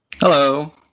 Hello